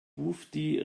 bufdi